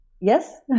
Yes